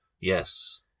Yes